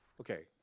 Okay